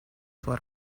sua